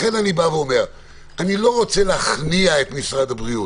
אני לא רוצה להכניע את משרד הבריאות